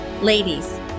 Ladies